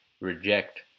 reject